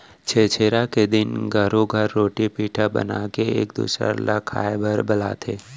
छेरछेरा के दिन घरो घर रोटी पिठा बनाके एक दूसर ल खाए बर बलाथे